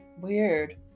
Weird